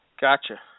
gotcha